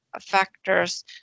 factors